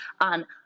on